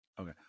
Okay